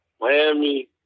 Miami